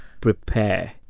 prepare